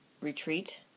retreat